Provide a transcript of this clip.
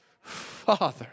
Father